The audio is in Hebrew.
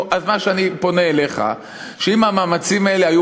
אז מה שאני פונה אליך: אם המאמצים האלה היו